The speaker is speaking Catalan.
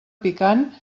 picant